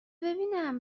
ببینم